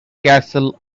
castle